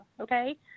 okay